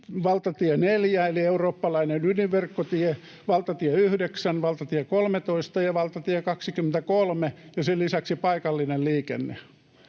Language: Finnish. valtatie 4 eli eurooppalainen ydinverkkotie, valtatie 9, valtatie 13 ja valtatie 23 ja sen lisäksi paikallinen liikenne.